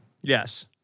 Yes